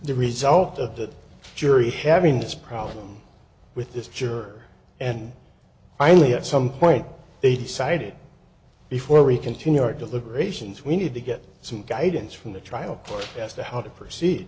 the result of the jury having this problem with this juror and finally at some point they decided before we continue our deliberations we need to get some guidance from the trial court as to how to proceed